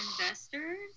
investors